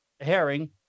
herring